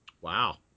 Wow